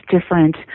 different